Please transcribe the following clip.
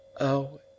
Oh